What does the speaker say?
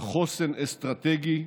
על חוסן אסטרטגי,